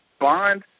Bond